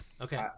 Okay